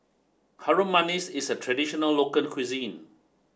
Harum Manis is a traditional local cuisine